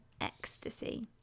ecstasy